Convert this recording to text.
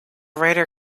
writer